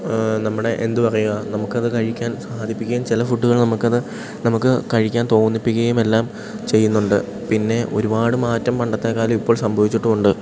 നമ്മുടെ എന്ത് പറയുക നമുക്കത് കഴിക്കാൻ സാധിപ്പിക്കുകയും ചില ഫുഡ്ഡുകൾ നമുക്കത് നമുക്ക് കഴിക്കാൻ തോന്നിപ്പിക്കുകയുമെല്ലാം ചെയ്യുന്നുണ്ട് പിന്നെ ഒരുപാട് മാറ്റം പണ്ടത്തെക്കാളും ഇപ്പോൾ സംഭവിച്ചിട്ടുമുണ്ട്